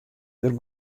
der